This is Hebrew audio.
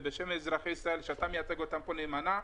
ובשם אזרחי ישראל שאתה מייצג אותם פה נאמנה.